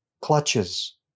clutches